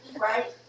right